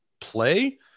play